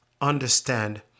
understand